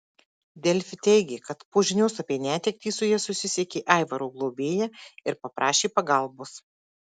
delfi teigė kad po žinios apie netektį su ja susisiekė aivaro globėja ir paprašė pagalbos